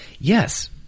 Yes